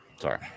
Sorry